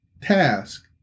task